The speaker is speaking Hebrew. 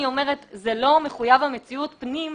אני אומרת שזה לא מחויב המציאות ועדת פנים,